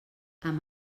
amb